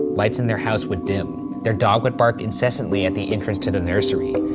lights in their house would dim, their dog would bark incessantly at the entrance to the nursery,